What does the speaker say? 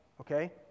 okay